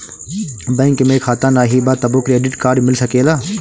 Bank में खाता नाही बा तबो क्रेडिट कार्ड मिल सकेला?